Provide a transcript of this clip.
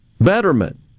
betterment